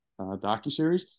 docuseries